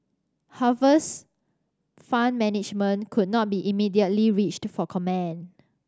Harvest Fund Management could not be immediately reached for comment